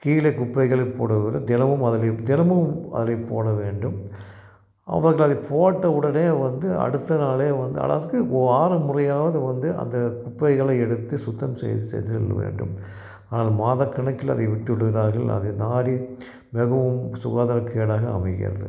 கீழே குப்பைகளை போடுறதோட தினமும் அதிலே தினமும் அதிலே போட வேண்டும் அவர்கள் அதில் போட்ட உடனே வந்து அடுத்த நாளே வந்து அள்ளுறதுக்கு வாரம் முறையாவது வந்து அந்த குப்பைகளை எடுத்து சுத்தம் செய்து செய்தல் வேண்டும் ஆனால் மாத கணக்கில் அதை விட்டு விடுகிறார்கள் அது நாறி மிகவும் சுகாதாரக் கேடாக அமைகிறது